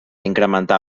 incrementar